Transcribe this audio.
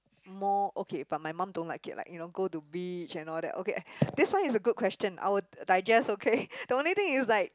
more okay but my mum don't like it like you know go to beach and all that okay this one is a good question I will digest okay the only thing is like